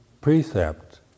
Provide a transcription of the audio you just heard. precept